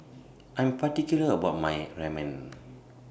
I Am particular about My Ramen